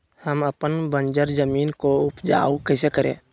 हम अपन बंजर जमीन को उपजाउ कैसे करे?